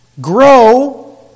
Grow